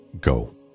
Go